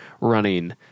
running